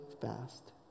fast